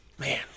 Man